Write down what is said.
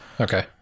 okay